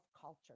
culture